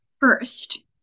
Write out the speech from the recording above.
first